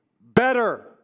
Better